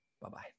Bye-bye